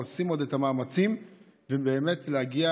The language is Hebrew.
איך עושים עוד את המאמצים באמת כדי להגיע